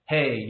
Hey